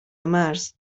مرز